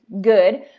good